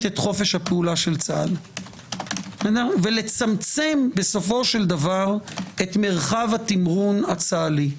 את חופש הפעולה של צה"ל ולצמצם בסופו של דבר את מרחב התמרון הצה"לי.